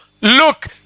look